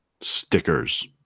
stickers